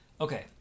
okay